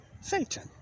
Satan